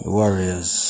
warriors